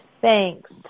Thanks